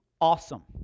Awesome